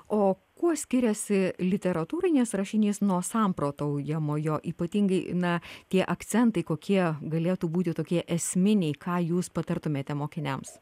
o kuo skiriasi literatūrinis rašinys nuo samprotaujamojo ypatingai na tie akcentai kokie galėtų būti tokie esminiai ką jūs patartumėte mokiniams